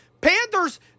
Panthers